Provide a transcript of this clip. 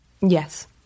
Yes